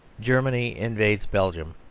germany invades belgium.